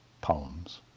poems